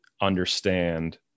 understand